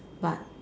but